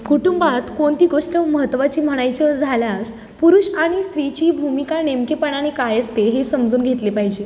कुटुंबात कोणती गोष्ट महत्वाची म्हणायचं झाल्यास पुरुष आणि स्त्रीची भूमिका नेमकेपणाने काय असते हे समजून घेतले पाहिजे